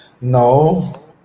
No